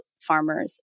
farmers